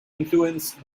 influenced